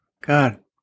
God